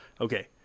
Okay